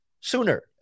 sooner